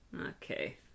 Okay